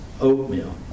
oatmeal